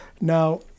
now